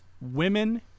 women